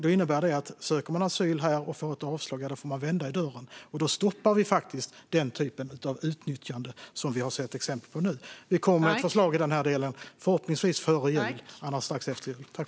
Det innebär att om man söker asyl här och får ett avslag får man vända i dörren. Då stoppar vi den typ av utnyttjande som vi nu har sett exempel på. Vi kommer med ett förslag i den här delen, förhoppningsvis före jul, annars strax efter jul.